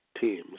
teams